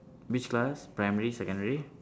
which class primary secondary